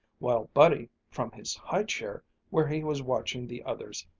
while buddy, from his high-chair where he was watching the others,